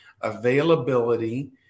availability